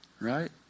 Right